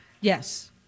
Yes